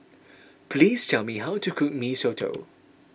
please tell me how to cook Mee Soto